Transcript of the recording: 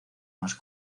más